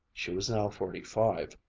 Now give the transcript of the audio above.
she was now forty-five,